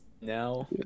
Now